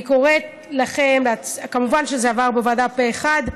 אני קוראת לכם, כמובן שזה עבר בוועדה פה אחד,